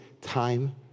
time